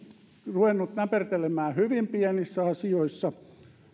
ruvennut näpertelemään hyvin pienissä asioissa